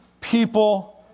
people